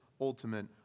ultimate